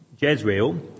Jezreel